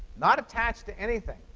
not attached to anything.